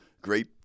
great